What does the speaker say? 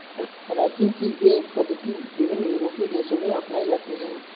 ranching की यह पद्धति विभिन्न यूरोपीय देशों में अपनाई जाती है